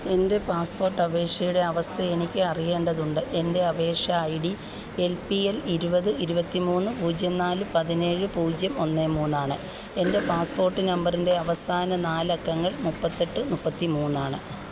എൻ്റെ പാസ്പോർട്ട് അപേക്ഷയുടെ അവസ്ഥ എനിക്ക് അറിയേണ്ടതുണ്ട് എൻ്റെ അപേക്ഷാ I D L P L ഇരുപത്തി ഇരുപത്തി മൂന്ന് പൂജ്യം നാല് പതിനേഴ് പൂജ്യം ഒന്ന് മൂന്നാണ് എൻ്റെ പാസ്പോർട്ട് നമ്പറിൻ്റെ അവസാന നാലക്കങ്ങൾ മുപ്പത്തെട്ട് മുപ്പത്തി മൂന്നാണ്